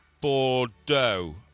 Bordeaux